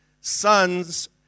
sons